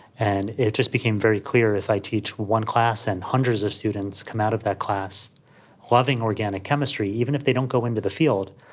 and it just became very clear if i teach one class and hundreds of students come out of that class loving organic chemistry, even if they don't go into the field,